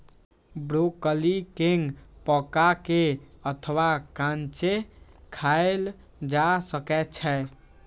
broccoli कें पका के अथवा कांचे खाएल जा सकै छै